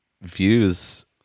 views